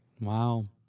Wow